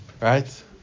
Right